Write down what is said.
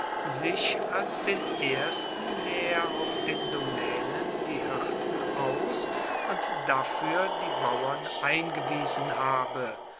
sich als den ersten der auf den domänen die hirten aus und dafür die bauern eingewiesen habe